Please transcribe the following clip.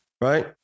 right